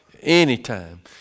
anytime